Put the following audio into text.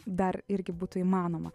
dar irgi būtų įmanoma